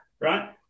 right